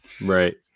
Right